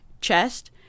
chest